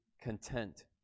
content